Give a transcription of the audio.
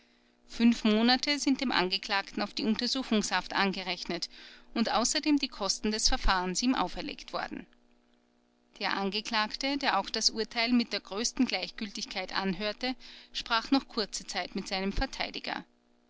fünf monate sind dem angeklagten auf die untersuchungshaft angerechnet und außerdem die kosten des verfahrens ihm auferlegt worden der angeklagte der auch das urteil mit der größten gleichgültigkeit anhörte sprach noch kurze zeit mit seinem verteidiger